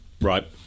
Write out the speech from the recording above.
Right